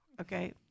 okay